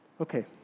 Okay